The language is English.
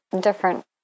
different